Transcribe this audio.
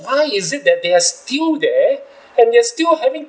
why is it that they are still there and they are still having